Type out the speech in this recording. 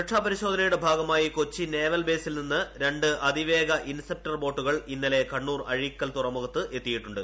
സുരക്ഷ പരിശോധനയുടെ ഭാഗമായി കൊച്ചി നേവൽ ബേസിൽ നിന്ന് രണ്ട് അതിവേഗ ഇന്റർസെപ്റ്റർ ബോട്ടുകൾ ഇന്നലെ കണ്ണൂർ അഴീക്കൽ തുറമുഖത്തെത്തിയിട്ടുണ്ട്